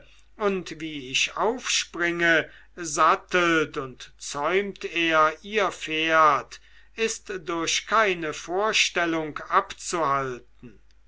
und wie ich aufspringe sattelt und zäumt er ihr pferd ist durch keine vorstellung abzuhalten